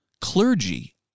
Clergy